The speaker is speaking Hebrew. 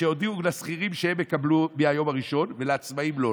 כשהודיעו לשכירים שהם יקבלו מהיום הראשון ולעצמאים לא,